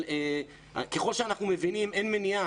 אבל ככל שאנחנו מבינים, אין מניעה.